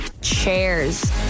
chairs